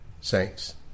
saints